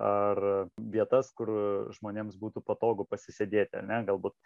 ar vietas kur žmonėms būtų patogu pasisėdėti ar ne galbūt